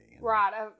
Right